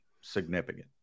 Significant